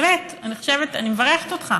באמת, אני מברכת אותך,